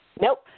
Nope